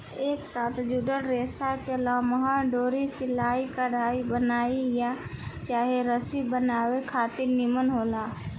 एक साथ जुड़ल रेसा के लमहर डोरा सिलाई, कढ़ाई, बुनाई आ चाहे रसरी बनावे खातिर निमन होला